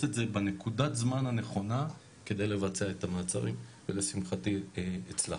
את זה בנקודת הזמן הנכונה כדי לבצע את המעצרים ולשמחתי הצלחנו.